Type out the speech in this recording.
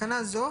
בתקנה זו,